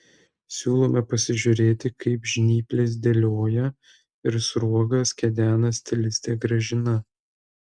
siūlome pasižiūrėti kaip žnyples dėlioja ir sruogas kedena stilistė gražina